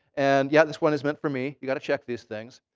and yeah, this one is meant for me. you got to check these things.